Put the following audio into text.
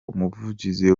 umuvugizi